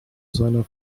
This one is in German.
seiner